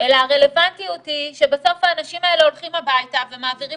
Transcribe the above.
אלא הרלוונטיות היא שבסוף האנשים האלה הולכים הביתה ומעבירים